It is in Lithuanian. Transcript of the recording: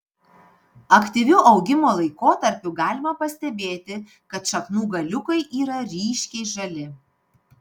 aktyviu augimo laikotarpiu galima pastebėti kad šaknų galiukai yra ryškiai žali